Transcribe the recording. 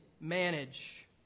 manage